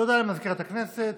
תודה למזכירת הכנסת.